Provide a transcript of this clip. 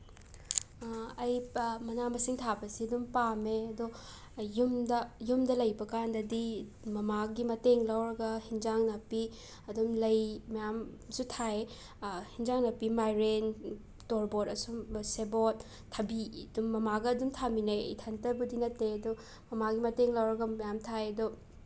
ꯑꯩ ꯃꯅꯥ ꯃꯁꯤꯡ ꯊꯥꯕꯁꯤ ꯑꯗꯨꯝ ꯄꯥꯝꯃꯦ ꯑꯗꯣ ꯌꯨꯝꯗ ꯌꯨꯝꯗ ꯂꯩꯕꯀꯥꯟꯗꯗꯤ ꯃꯃꯥꯒꯤ ꯃꯇꯦꯡ ꯂꯧꯔꯒ ꯑꯦꯟꯁꯥꯡ ꯅꯥꯄꯤ ꯑꯗꯨꯝ ꯂꯩ ꯃꯌꯥꯝꯁꯨ ꯊꯥꯏ ꯑꯦꯟꯁꯥꯡ ꯅꯥꯄꯤ ꯃꯥꯏꯔꯦꯟ ꯇꯣꯔꯕꯣꯠ ꯑꯁꯨꯝꯕ ꯁꯦꯕꯣꯠ ꯊꯕꯤ ꯑꯗꯨꯝ ꯃꯃꯥꯒ ꯑꯗꯨꯝ ꯊꯥꯃꯤꯟꯅꯩ ꯏꯊꯟꯇꯕꯨꯗꯤ ꯅꯠꯇꯦ ꯑꯗꯨ ꯃꯃꯥꯒꯤ ꯃꯇꯦꯡ ꯂꯧꯔꯒ ꯃꯌꯥꯝ ꯊꯥꯏ ꯑꯗꯣ